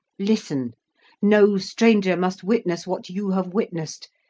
listen no stranger must witness what you have witnessed.